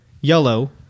yellow